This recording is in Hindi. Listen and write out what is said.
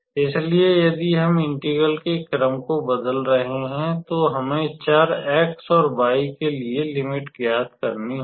इसलिए यदि हम इंटेग्रल के क्रम को बदल रहे हैं तो हमें चर x और y के लिए लिमिट ज्ञात करनी होगी